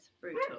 brutal